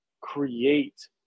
create